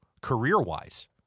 career-wise